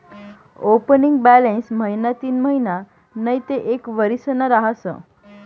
opening balance महिना तीनमहिना नैते एक वरीसना रहास